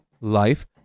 life